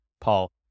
Paul